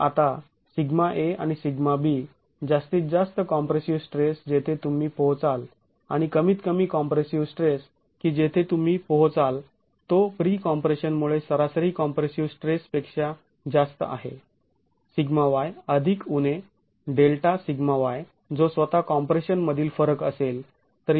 तर आता σa आणि σb जास्तीत जास्त कॉम्प्रेसिव स्ट्रेस जेथे तुम्ही पोहोचाल आणि कमीत कमी कॉम्प्रेसिव स्ट्रेस की जेथे तुम्ही पोहोचाल तो प्री कॉम्प्रेशन मुळे सरासरी कॉम्प्रेसिव स्ट्रेस पेक्षा जास्त आहे σy ± Δσy जो स्वतः कॉम्प्रेशन मधील फरक असेल